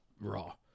raw